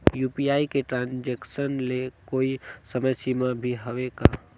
UPI के transaction ले कोई समय सीमा भी हवे का?